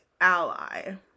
ally